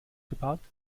geparkt